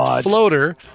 floater